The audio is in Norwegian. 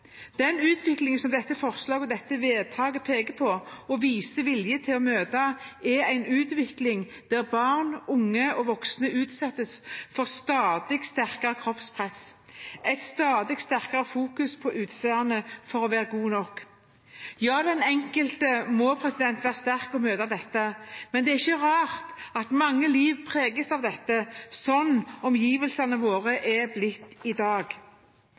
Den utviklingen som dette forslaget til vedtak peker på, og viser vilje til å møte, er en utvikling der barn, unge og voksne utsettes for stadig sterkere kroppspress, at det fokuseres stadig sterkere på utseende for å være god nok. Ja, den enkelte må være sterk og møte dette. Men det er ikke rart at mange liv preges av dette, slik omgivelsene våre er blitt i dag.